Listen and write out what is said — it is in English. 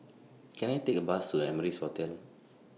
Can I Take A Bus to Amrise Hotel